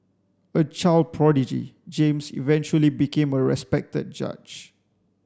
a child prodigy James eventually became a respected judge